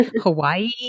Hawaii